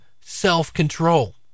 self-control